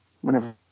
whenever